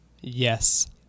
Yes